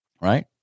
Right